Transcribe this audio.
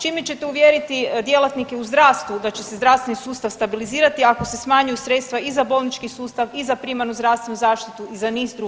Čime ćete uvjeriti djelatnike u zdravstvu da će se zdravstveni sustav stabilizirati ako se smanjuju sredstva i za bolnički sustav i za primarnu zdravstvenu zaštitu i za niz drugih stavki?